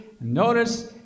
Notice